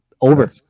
over